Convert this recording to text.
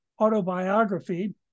autobiography